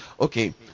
Okay